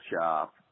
shop